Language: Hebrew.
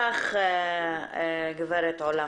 תודה לך גברת עולא.